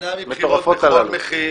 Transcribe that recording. --- להימנע מבחירות בכל מחיר,